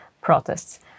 protests